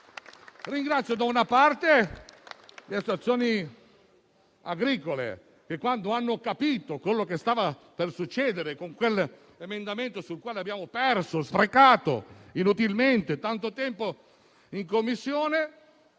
Ringrazio anzitutto le associazioni agricole, che, quando hanno capito ciò che stava per succedere con l'emendamento sul quale abbiamo sprecato inutilmente tanto tempo in Commissione,